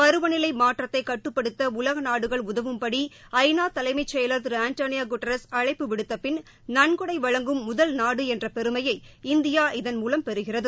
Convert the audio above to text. பருவநிலை மாற்றத்தை கட்டுப்படுத்த உலக நாடுகள் உதவும்படி ஐ நா தலைமைச்செலயர் திரு அன்டோனியோ குட்ரஸ் அழைப்பு விடுத்தபின் நன்கொடை வழங்கும் முதல் நாடு என்ற பெருமையை இதன்மூலம் இந்தியா பெறுகிறது